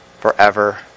forever